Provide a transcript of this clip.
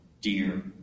dear